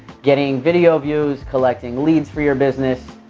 getting video views, collecting leads for your business,